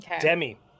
Demi